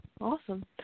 Awesome